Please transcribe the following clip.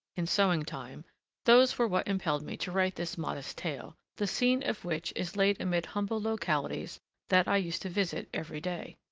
in sowing time those were what impelled me to write this modest tale, the scene of which is laid amid humble localities that i used to visit every day.